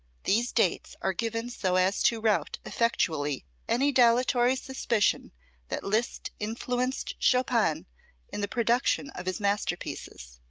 these dates are given so as to rout effectually any dilatory suspicion that liszt influenced chopin in the production of his masterpieces.